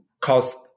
cost